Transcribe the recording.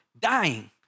dying